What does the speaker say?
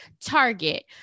Target